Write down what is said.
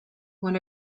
when